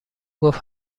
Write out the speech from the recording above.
گفت